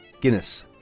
Guinness